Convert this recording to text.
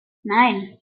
nein